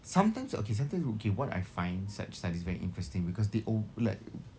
sometimes okay sometimes woul~ okay what I find such studies very interesting because they alw~ like